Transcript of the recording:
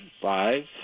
five